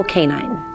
Canine